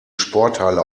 sporthalle